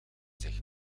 zich